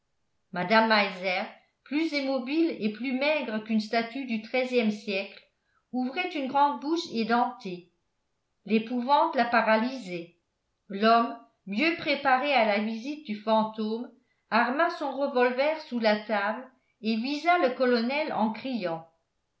meiser plus immobile et plus maigre qu'une statue du treizième siècle ouvrait une grande bouche édentée l'épouvante la paralysait l'homme mieux préparé à la visite du fantôme arma son revolver sous la table et visa le colonel en criant